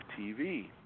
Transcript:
TV